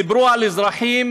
דיברו על אזרחים